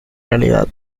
realidad